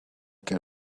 get